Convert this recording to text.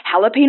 jalapeno